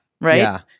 right